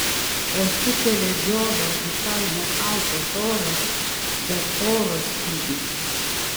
o sukelia džiovą visai ne šaltas oras bet oro stygius